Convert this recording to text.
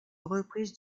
reprises